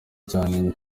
cyane